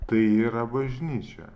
tai yra bažnyčia